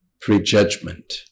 prejudgment